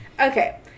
Okay